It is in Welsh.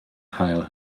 hail